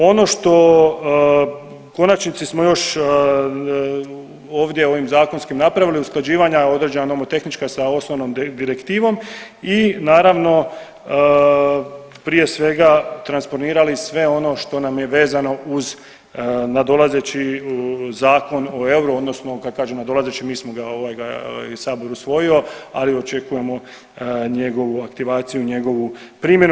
Ono što u konačnici smo još ovdje ovim zakonskim napravili usklađivanja, određena nomotehnička sa osnovnom direktivom i naravno prije svega transponirali sve ono što nam je vezano uz nadolazeći Zakon o euru, odnosno kad kažem nadolazeći mi smo ga, Sabor usvojio ali očekujemo njegovu aktivaciju, njegovu primjenu.